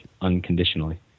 unconditionally